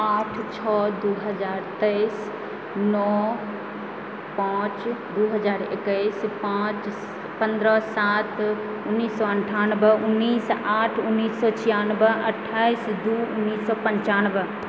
आठ छओ दू हजार तेइस नओ पाँच दू हजार एकैस पाँच पंद्रह सात उन्नीस सए अनठानबै उन्नीस आठ उन्नीस सए छिआनबे अठाइस दू उन्नैस सए पंचानबे